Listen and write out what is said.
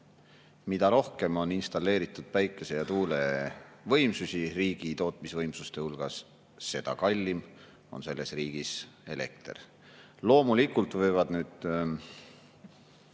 Mida rohkem on installeeritud päikese‑ ja tuulevõimsusi riigi tootmisvõimsuste hulgas, seda kallim on selles riigis elekter.